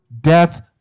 Death